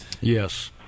Yes